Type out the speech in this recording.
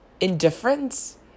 indifference